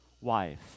wife